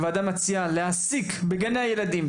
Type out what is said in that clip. הוועדה מציעה להעסיק בגני הילדים,